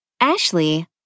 Ashley